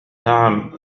نعم